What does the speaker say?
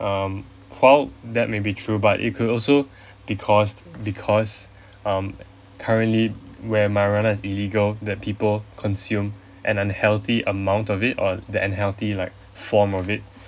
um while that may be true but it could also be caused because um currently where marijuana is illegal that people consumes and unhealthy amount of it or the unhealthy like form of it